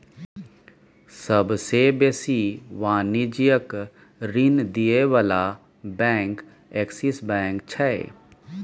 सबसे बेसी वाणिज्यिक ऋण दिअ बला बैंक एक्सिस बैंक छै